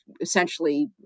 essentially